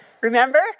Remember